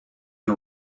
and